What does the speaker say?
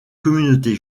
communauté